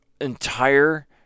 entire